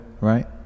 right